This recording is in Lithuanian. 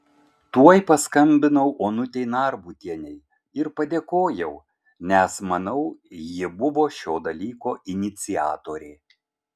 tuoj paskambinau onutei narbutienei ir padėkojau nes manau ji buvo šio dalyko iniciatorė